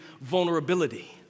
vulnerability